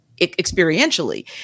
experientially